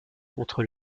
contre